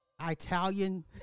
Italian